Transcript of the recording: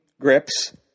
grips